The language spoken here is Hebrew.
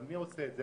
אבל, מי עושה את זה?